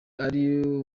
ari